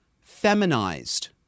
feminized